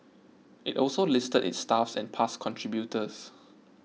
it also listed its staff and past contributors